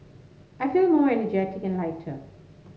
I feel more energetic and lighter